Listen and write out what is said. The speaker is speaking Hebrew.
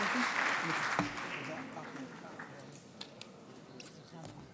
(חותם על ההצהרה)